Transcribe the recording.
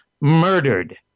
murdered